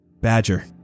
Badger